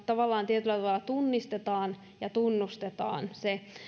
tietyllä tavalla tunnistetaan ja tunnustetaan se